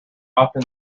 often